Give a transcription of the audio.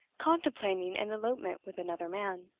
contemplating an elopement with another man.